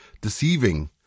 deceiving